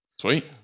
Sweet